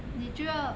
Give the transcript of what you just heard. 你就要